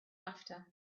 after